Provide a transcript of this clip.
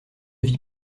vit